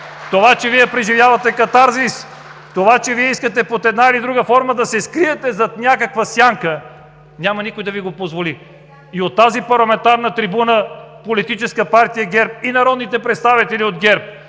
Това, че Вие преживявате катарзис, това, че Вие искате под една или друга форма да се скриете зад някаква сянка, няма никой да Ви го позволи! И от тази парламентарна трибуна: Политическа партия ГЕРБ и народните представители от ГЕРБ,